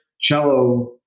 cello